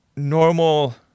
Normal